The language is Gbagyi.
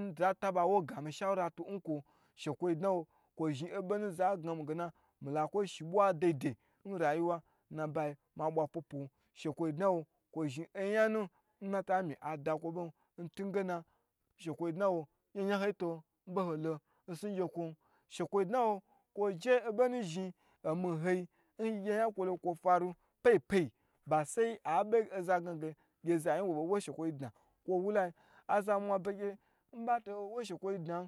nza taba wo gami shawula tu nkwo shekwo dna wo zhi oyan n oza gami ge mila kwo shi bwa dai dai nnabawa ma bwa pwo pwo, kwo zhi oyanu nnata mi ada kwo bon ntungena she kwodnawo nyaho nyahoi to nya holo ngye kwon shekwo dna wo kwo je obonu zhin omi nhoi nyi gye yi nya kwo lo kwo faru pye pye ba sai a be gna ho ge gye za yi wo bei wo shekwoi dna wi walayin azamwa begye nbato wo shekwoyi dna